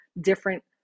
different